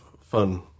fun